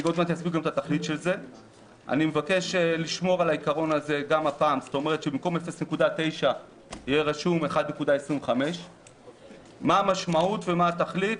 1.25. מה המשמעות ומה התכלית